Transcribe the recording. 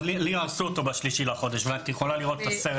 לי הרסו אותו ב-3 בחודש ואת יכולה לראות את הסרט שלי.